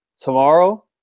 Tomorrow